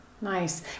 nice